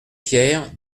pierres